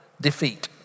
Defeat